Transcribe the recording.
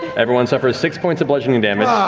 everyone suffers six points of bludgeoning damage.